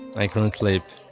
i couldn't sleep.